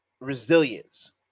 resilience